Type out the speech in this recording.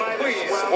please